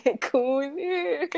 cool